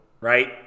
right